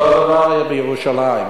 אותו דבר בירושלים.